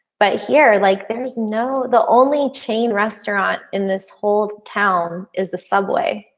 but here like there's no, the only chain restaurant in this whole town is the subway.